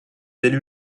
élus